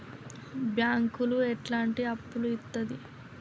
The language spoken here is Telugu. బ్యాంకులు ఎట్లాంటి అప్పులు ఇత్తది?